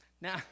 Now